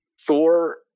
Thor